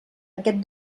aquest